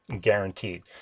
Guaranteed